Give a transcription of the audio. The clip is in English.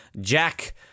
Jack